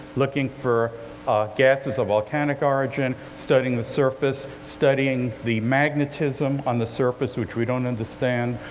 looking for gases of volcanic origin, studying the surface, studying the magnetism on the surface, which we don't understand,